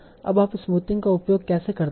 अब आप स्मूथिंग का उपयोग कैसे करते हैं